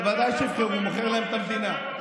בוודאי שיבחרו, הוא מוכר להם את המדינה.